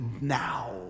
now